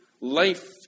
Life